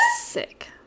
Sick